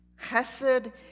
Chesed